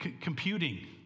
computing